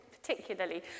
particularly